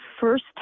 first